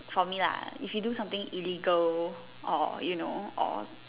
for me lah if you do some thing illegal or you know or